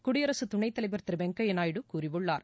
குடியரசு துணைத்தலைவர் திரு வெங்கையா நாயுடு கூறியுள்ளார்